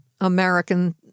American